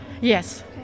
Yes